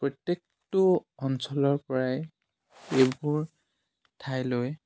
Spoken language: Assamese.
প্ৰত্যেকটো অঞ্চলৰ পৰাই এইবোৰ ঠাইলৈ